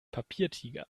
papiertiger